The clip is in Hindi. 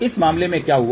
इस मामले में क्या हुआ